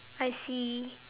I see